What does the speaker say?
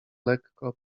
lekko